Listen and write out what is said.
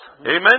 Amen